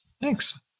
thanks